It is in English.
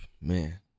Man